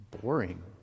boring